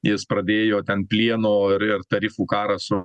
jis pradėjo ten plieno ir ir tarifų karą su